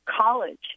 college